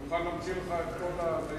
אני מוכן להוציא לך את כל הניירת,